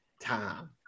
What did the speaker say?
time